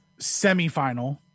semifinal